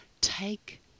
Take